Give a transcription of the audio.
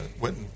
went—